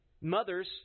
Mothers